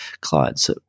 clients